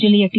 ಜಿಲ್ಲೆಯ ಟಿ